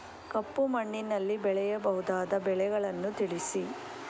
ಕಪ್ಪು ಮಣ್ಣಿನಲ್ಲಿ ಬೆಳೆಯಬಹುದಾದ ಬೆಳೆಗಳನ್ನು ತಿಳಿಸಿ?